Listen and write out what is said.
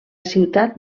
ciutat